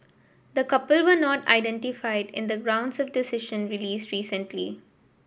the couple were not identified in the gounds of decision released recently